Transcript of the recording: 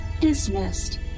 dismissed